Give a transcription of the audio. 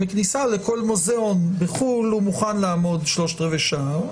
בכניסה לכל מוזיאון בחוץ לארץ הוא מוכן לעמוד שלושת-רבעי שעה.